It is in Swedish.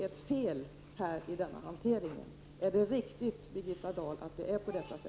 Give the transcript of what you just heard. Är det riktigt, Birgitta Dahl, att det är så?